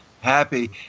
happy